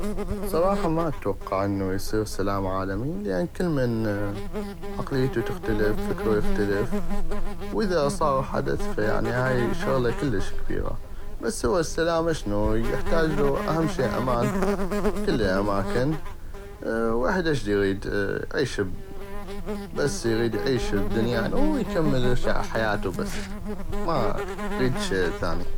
بصراحة ما اتوقع انو يصيغ سلام عالمي لان كلمن عقليتو تختلف فكرو يختلف واذا صاغ حدث فيعني هاي شغلة كلش كبيرة. بس هو السلام اشنو يحتاجلو اهم شي امان كل الاماكن ويحد اش ديغيد اعيش بس اغيد يعيش بدنيانو ويكمل يغشع حياتو بس ما اغيد شي ثاني.